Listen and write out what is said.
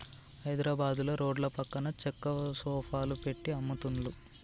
హైద్రాబాదుల రోడ్ల పక్కన చెక్క సోఫాలు పెట్టి అమ్ముతున్లు